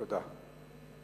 תודה.